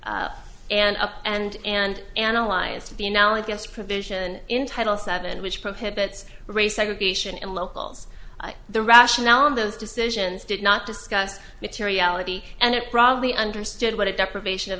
understood and up and and analyzed the analogous provision in title seven which prohibits race segregation and locals the rationale of those decisions did not discuss materiality and probably understood what it deprivation of